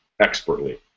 expertly